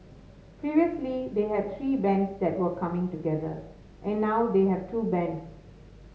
previously they had three bands that were coming together and now they have two bands